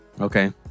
Okay